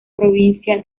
provincia